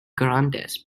grandes